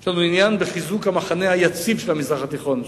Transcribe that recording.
יש לנו עניין בחיזוק המחנה היציב של המזרח התיכון,